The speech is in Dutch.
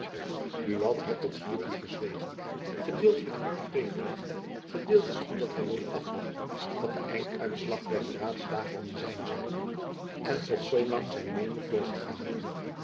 buat had tot hiertoe gezwegen gedeeltelijk uit wrevel gedeeltelijk omdat hy wilde afwachten wat de einduitslag der beraadslagingen zijn zoude en tot zoo lang zijn meening voor zich gehouden